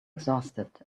exhausted